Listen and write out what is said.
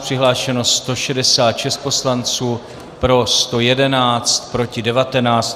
Přihlášeno 166 poslanců, pro 111, proti 19.